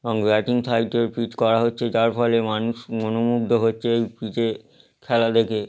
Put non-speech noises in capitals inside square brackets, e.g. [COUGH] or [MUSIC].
এবং batting [UNINTELLIGIBLE] pitch করা হচ্ছে যার ফলে মানুষ মনোমুগ্ধ হচ্ছে এই পিচে খেলা দেখে